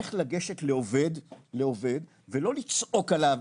איך לגשת לעובד ולא לצעוק עליו,